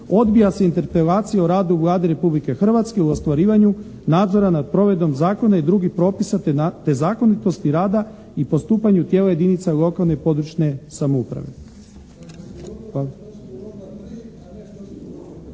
Odbija se Interpelacija o radu Vlade Republike hrvatske u ostvarivanju nadzora nad provedbom zakona i drugih propisa te zakonitosti rada i postupanju tijela jedinica lokalne i područne samouprave.